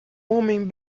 homem